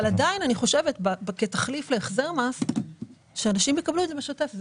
עדיין אני חושבת שכתחליף להחזר מס שאנשים יקבלו את זה בשוטף.